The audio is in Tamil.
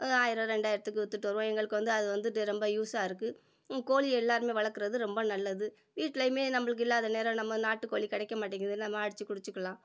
ஆயிரம் ரெண்டாயிரத்துக்கு வித்துட்டு வருவோம் எங்களுக்கு வந்து அது வந்துட்டு ரொம்ப யூஸ்ஸாக இருக்குது கோழி எல்லாருமே வளர்க்கறது ரொம்ப நல்லது வீட்டிலையுமே நம்மளுக்கு இல்லாத நேரம் நம்ம நாட்டுக்கோழி கிடைக்க மாட்டேங்குது நம்ம அடிச்சு குடிச்சிக்கலாம்